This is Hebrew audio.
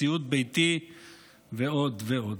סיעוד ביתי ועוד ועוד.